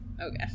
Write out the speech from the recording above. Okay